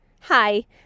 Hi